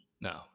No